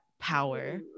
power